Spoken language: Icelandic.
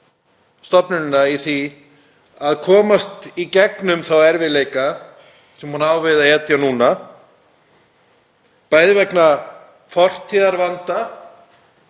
stofnunina í því að komast í gegnum þá erfiðleika sem hún á við að etja núna, bæði vegna fortíðarvanda,